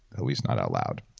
at least not out loud.